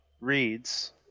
reads